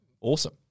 awesome